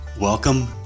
Welcome